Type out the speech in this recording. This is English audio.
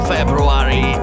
February